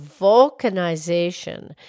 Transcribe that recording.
vulcanization